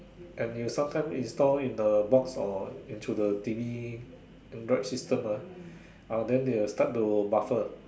and you sometimes install into the box or to the T_V Android system ah then they will start to buffer